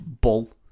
bull